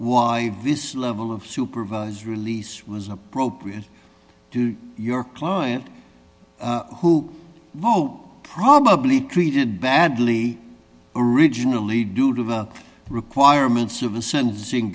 why this level of supervised release was appropriate to your client who vote probably treated badly originally due to the requirements of the sentencing